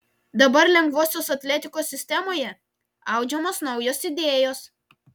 dabar lengvosios atletikos sistemoje audžiamos naujos idėjos